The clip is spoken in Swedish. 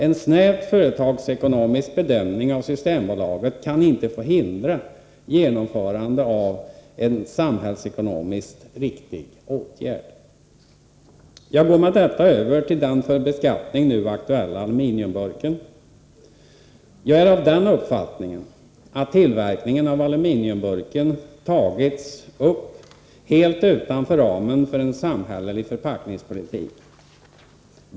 En snävt företagsekonomisk bedömning av Systembolaget kan inte få hindra genomförande av en samhällsekonomiskt riktig åtgärd. Jag går med detta över till den för beskattning nu aktuella aluminiumburken. Jag är av den uppfattningen att tillverkningen av aluminiumburken tagits upp helt utanför ramen för en samhällelig förpackningspolitik.